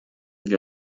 wir